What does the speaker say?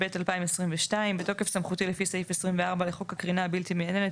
התשפ"ב-2022 בתוקף סמכותי לפי סעיף 24 לחוק הקרינה הבלתי מייננת,